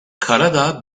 karadağ